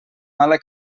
mala